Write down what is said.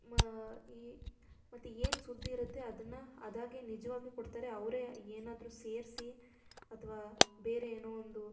ಮ ಈ ಮತ್ತು ಏನು ಸುದ್ದಿ ಇರುತ್ತೆ ಅದನ್ನು ಅದಾಗೆ ನಿಜವಾಗೇ ಕೊಡ್ತಾರೆ ಅವರೇ ಏನಾದರು ಸೇರಿಸಿ ಅಥವಾ ಬೇರೆ ಏನೋ ಒಂದು